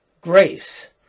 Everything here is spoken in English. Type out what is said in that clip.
grace